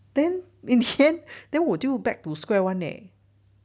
then in the end then 我就 back to square one eh